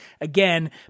again